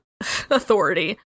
authority